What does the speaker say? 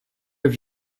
have